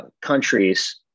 countries